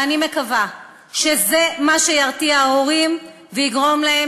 ואני מקווה שזה מה שירתיע הורים ויגרום להם